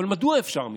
אבל מדוע אפשר משטרה?